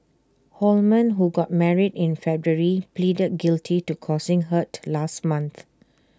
Holman who got married in February pleaded guilty to causing hurt last month